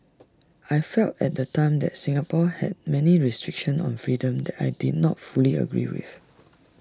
I felt at the time that Singapore had many restrictions on freedom that I did not fully agree with